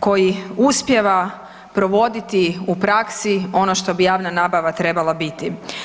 koji uspijeva provoditi u praksi ono što bi javna nabava trebala biti.